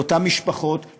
לאותן משפחות,